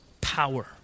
power